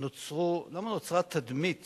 למה נוצרה תדמית